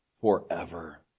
forever